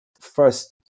first